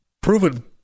proven